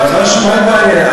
אבל זה משהו מאוד מעניין,